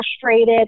frustrated